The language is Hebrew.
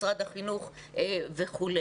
משרד החינוך וכו'.